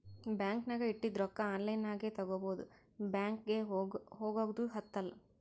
bank ನಾಗ್ ಇಟ್ಟಿದು ರೊಕ್ಕಾ ಆನ್ಲೈನ್ ನಾಗೆ ತಗೋಬೋದು ಬ್ಯಾಂಕ್ಗ ಹೋಗಗ್ದು ಹತ್ತಲ್